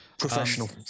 Professional